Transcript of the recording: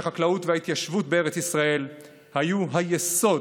לא פלא שהחקלאות וההתיישבות בארץ ישראל היו היסוד